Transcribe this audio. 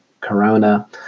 Corona